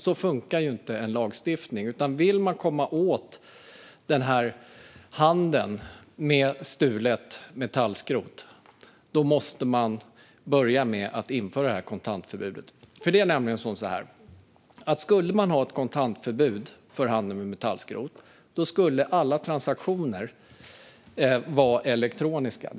Så funkar ju inte en lagstiftning, utan vill man komma åt handeln med stulet metallskrot måste man börja med att införa kontantförbudet. Det är nämligen så att om man hade ett kontantförbud för handeln med metallskrot skulle alla transaktioner vara elektroniska.